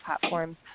platforms